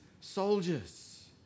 soldiers